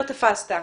לא תפסת",